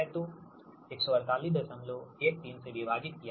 तो 14813 से विभाजित किया है